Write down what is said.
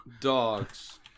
Dogs